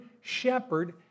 shepherd